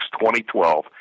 2012